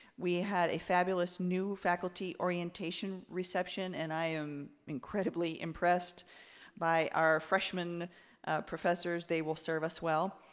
we had a fabulous new faculty orientation reception and i am incredibly impressed by our freshmen professors. they will serve us well.